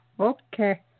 Okay